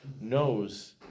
Knows